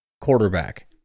quarterback